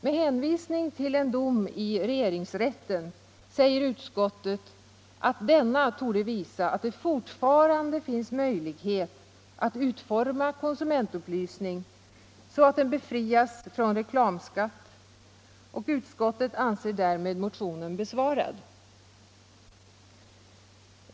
Med hänvisning till en dom i regeringsrätten säger utskottet att denna torde visa att det fortfarande finns möjlighet att utforma konsumentupplysning så att den befrias från reklamskatt. Utskottet anser därmed motionen besvarad.